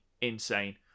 insane